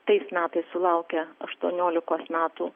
tais metais sulaukę aštuoniolikos metų